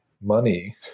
money